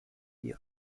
die